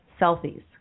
selfies